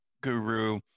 guru